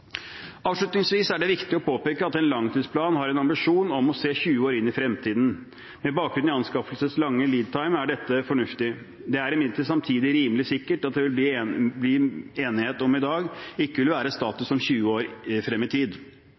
Avslutningsvis er det viktig å påpeke at en langtidsplan har en ambisjon om å se 20 år inn i fremtiden. Med bakgrunn i anskaffelsens lange «lead time» er dette fornuftig. Det er imidlertid samtidig rimelig sikkert at det det blir enighet om i dag, ikke vil være status 20 år frem i tid.